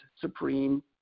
supreme